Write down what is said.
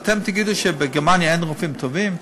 אתם תגידו שבגרמניה אין רופאים טובים?